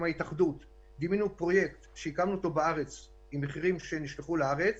ההתאחדות פרויקט שהקמנו בארץ עם מחירים שנשלחו לארץ